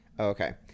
Okay